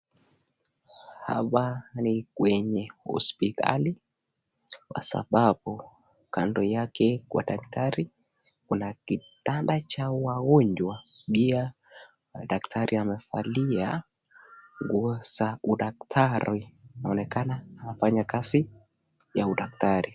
Hapa ni kwenye hospitali kwa sababu kando yake kwa daktari kuna kitanda cha wagonjwa pia daktari wamevalia nguo za udaktari kuaonekana anafanya kazi ya udaktari.